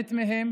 מתעלמת מהם